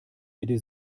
jede